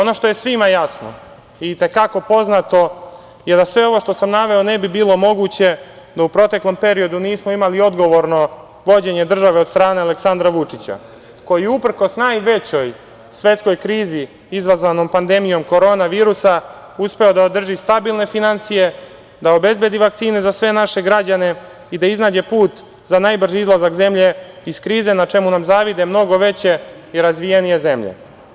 Ono što je svima jasno i te kako poznato je da sve ovo što sam naveo ne bi bilo moguće, da u prethodnom periodu nismo imali odgovorno vođenje države od strane Aleksandra Vučića, koji je uprkos najvećoj svetskoj krizi izazvanoj pandemijom korona virusa uspeo da održi stabilne finansije, da obezbedi vakcine za sve naše građane i da iznađe put za najbrži izlazak zemlje iz krize, na čemu nam zavide mnogo veće i razvijenije zemlje.